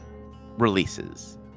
releases